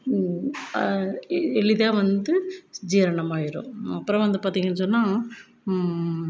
எளிதாக வந்து ஜீரணமாகிரும் அப்புறம் வந்து பார்த்தீங்கன் சொன்னால்